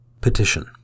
Petition